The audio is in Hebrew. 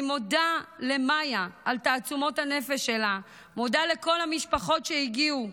אני מודה למיה על תעצומות הנפש שלה ומודה לכל המשפחות שהגיעו,